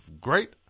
great